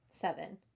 Seven